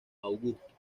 augusto